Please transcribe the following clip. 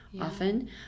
often